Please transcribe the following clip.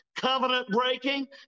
covenant-breaking